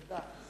תודה.